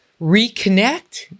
reconnect